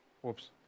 Whoops